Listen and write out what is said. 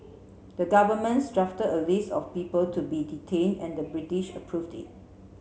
the governments drafted a list of people to be detain and the British approved it